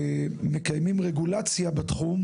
ערניים כמקיימים רגולציה בתחום.